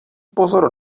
pozor